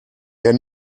der